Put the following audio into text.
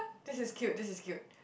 this is cute this is cute